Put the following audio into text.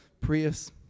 prius